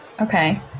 Okay